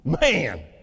Man